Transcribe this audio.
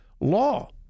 law